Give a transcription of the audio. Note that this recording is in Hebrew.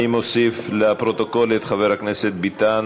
אני מרגיש כעס גדול,